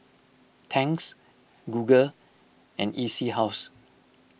Tangs Google and E C House